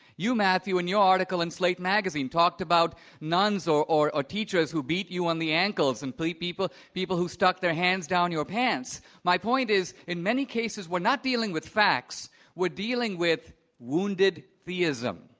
you, matthew, in your article in slate magazine talked about nuns or or ah teachers who beat you on theankles and people people who stuck their hands down your pants. my point is, in many cases, we're not dealing with facts we're dealing with wounded theism.